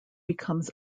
becomes